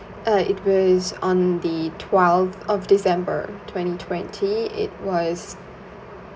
uh it was on the twelth of december twenty twenty it was